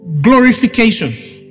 glorification